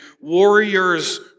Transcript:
warriors